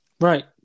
Right